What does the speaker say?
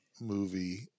movie